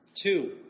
Two